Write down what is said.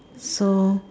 so